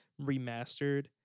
Remastered